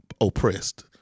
oppressed